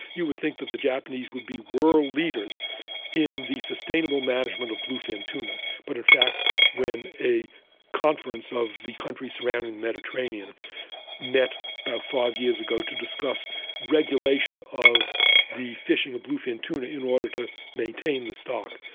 you would think that the japanese would be world leaders in the sustainable management of bluefin tuna, but in fact when a conference of the countries surrounding the mediterranean met about five years ago to discuss regulation of the fishing of bluefin tuna in order to maintain the stock,